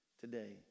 today